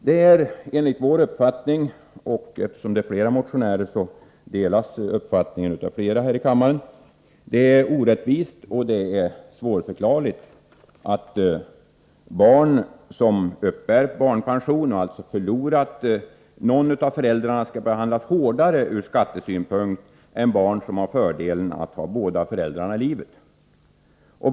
Det är enligt min uppfattning — eftersom vi är flera motionärer delas den uppfattningen av andra här i kammaren — orättvist och svårförklarligt att barn som uppbär pension och alltså förlorat någon av föräldrarna skall behandlas hårdare från skattesynpunkt än barn som har fördelen att ha båda föräldrarna i livet.